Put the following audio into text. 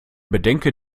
bedenke